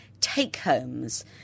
take-homes